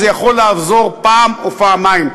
וזה יכול לעזור פעם או פעמיים.